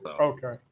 Okay